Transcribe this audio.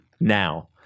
now